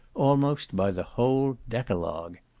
almost by the whole decalogue.